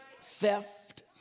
theft